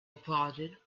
applauded